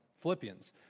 Philippians